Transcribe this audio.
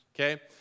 okay